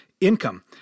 income